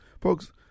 Folks